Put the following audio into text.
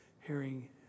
hearing